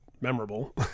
memorable